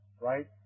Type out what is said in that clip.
right